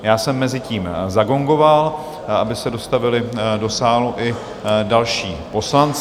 Já jsem mezitím zagongoval, aby se dostavili do sálu i další poslanci.